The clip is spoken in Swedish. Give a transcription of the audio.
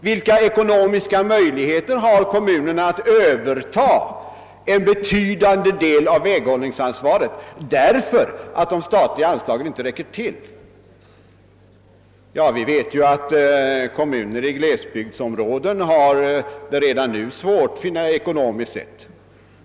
Vil ka ekonomiska möjligheter har kommunerna att överta en betydande del av väghållningsansvaret när de statliga anslagen inte räcker till? Vi vet att kommuner i glesbygdsområdena redan har det besvärligt ekonomiskt.